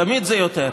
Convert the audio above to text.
תמיד זה יותר.